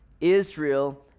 Israel